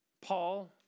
Paul